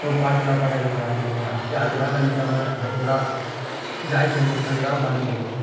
அப்புறம் பாட்டு எல்லாம் பாடாதீங்கடான்னுவாங்க அப்பே அதெல்லாம் கண்டுக்காமல் பாட்டு தான் ஜாய் சஞ்சய் பாட்டுதான் பாடின்னு கிடப்போம்